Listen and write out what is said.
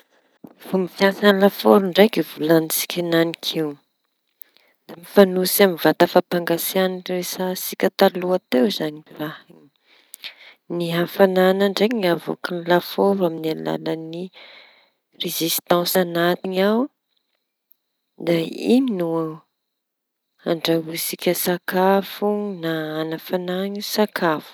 Fomba fiasa lafôro ndraiky volñintsika eñanik'io da mifañohitsy amy vata fampangatsia resantsika taloha teo zañy raha. Ny hafañana ndraiky no avôky ny lafôro amy alalañy rezistansy añaty ao da iñy no andrahoa tsika sakafo no hanafañy sakafo.